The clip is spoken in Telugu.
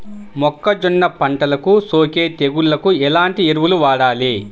మొక్కజొన్న పంటలకు సోకే తెగుళ్లకు ఎలాంటి ఎరువులు వాడాలి?